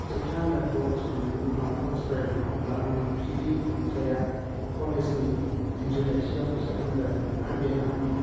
जोबथा आनजादखौ उथ्रिखांनायनि उनाव कलेज फरायदोंमोन अब्ला आंनि गिबि खन्थाइया कलेजनि इन्जुर लाइसियाव सेबखांजादोंमोन आरो बेनो आंनि